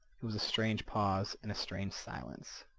it was a strange pause, and a strange silence.